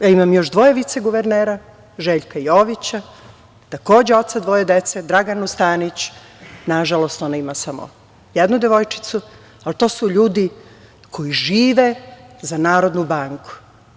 Ja imam još dvoje viceguvernera, Željka Jovića, takođe oca dvoje dece, Draganu Stanić, na žalost, ona ima samo jednu devojčicu, ali to su ljudi koji žive za Narodnu banku.